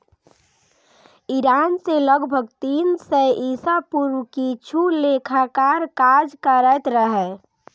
Iran मे लगभग तीन सय ईसा पूर्व किछु लेखाकार काज करैत रहै